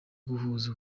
guhuza